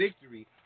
victory